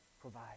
provide